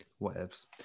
whatevs